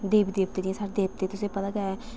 देवी देवतें दियां साढ़े देवते दी जे पता गै